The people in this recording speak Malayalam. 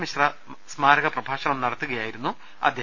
മിശ്ര സ്മാരക പ്രഭാഷണം നടത്തുകയായിരുന്നു അദ്ദേഹം